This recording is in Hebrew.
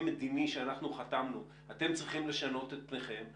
מדיני שאנחנו חתמנו עליו אתם צריכים לשנות את פניכם,